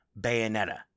Bayonetta